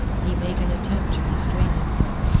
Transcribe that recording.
he made an attempt to restrain himself,